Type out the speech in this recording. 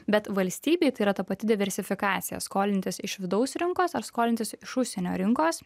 bet valstybei tai yra ta pati diversifikacija skolintis iš vidaus rinkos ar skolintis iš užsienio rinkos